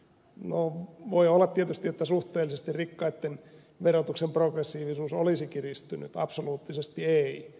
no voi olla tietysti että suhteellisesti rikkaitten verotuksen progressiivisuus olisi kiristynyt absoluuttisesti ei